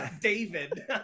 David